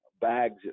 bags